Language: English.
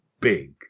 big